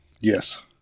Yes